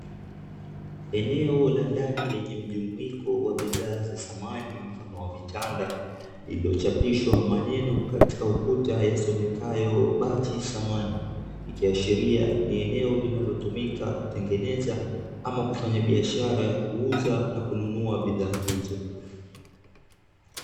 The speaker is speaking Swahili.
Eneo la ndani lenye mjumuiko wa bidhaa za samani mfano vitanda lilochapidhwa maneno katika ukuta yasomekayo bachi samani, ikiashiria ni eneo linalotumika kutengeneza ama kufanya biashara ya kuuza na kununua biashara hizo .